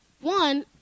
one